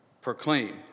proclaim